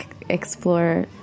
explore